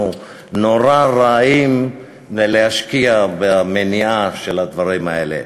נורא רעים בלהשקיע במניעה של הדברים האלה.